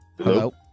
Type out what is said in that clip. Hello